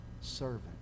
servant